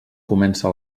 comença